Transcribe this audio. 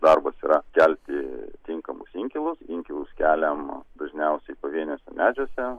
darbas yra kelti tinkamus inkilus inkilus keliam dažniausiai pavienius medžiuose